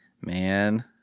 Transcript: man